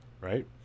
right